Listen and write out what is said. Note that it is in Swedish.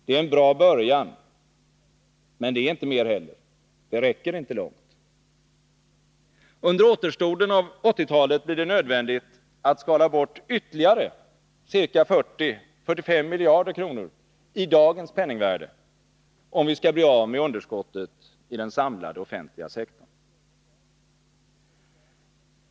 Det är en bra början, men inte mycket mer, för det räcker inte långt. Under återstoden av 1980-talet blir det nödvändigt att skala bort ytterligare ca 40-45 miljarder kronor i dagens penningvärde, om vi skall bli av med underskottet i den samlade offentliga sektorn.